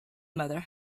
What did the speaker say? mother